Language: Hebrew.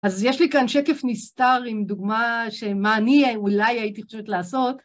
אז יש לי כאן שקף נסתר עם דוגמה שמה אני אולי הייתי חושבת לעשות.